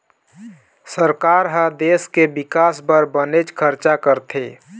सरकार ह देश के बिकास बर बनेच खरचा करथे